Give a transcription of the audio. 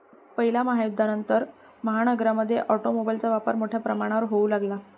पहिल्या महायुद्धानंतर, महानगरांमध्ये ऑटोमोबाइलचा वापर मोठ्या प्रमाणावर होऊ लागला